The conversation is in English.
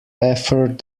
effort